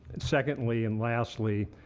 secondly, and lastly,